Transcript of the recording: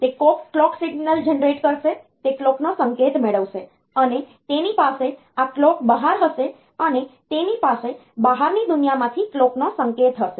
તે clock signal generate કરશે જે કલોકનો સંકેત મેળવશે અને તેની પાસે આ કલોક બહાર હશે અને તેની પાસે બહારની દુનિયામાંથી કલોકનો સંકેત હશે